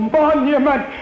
monument